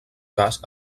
cas